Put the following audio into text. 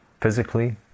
physically